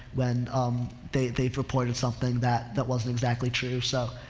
when they, they've reported something that, that wasn't exactly true. so,